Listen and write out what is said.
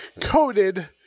coated